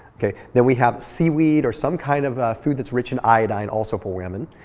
okay then we have seaweed or some kind of a food that's rich in iodine, also for women.